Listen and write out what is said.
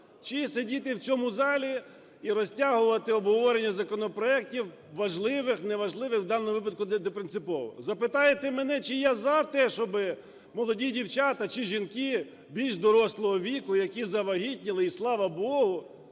чи сидіти в цьому залі і розтягувати обговорення законопроектів, важливих, неважливих, в даному випадку непринципово? Запитайте мене, чи я за те, щоб молоді дівчата чи жінки більш дорослого віку, які завагітніли, і слава Богу,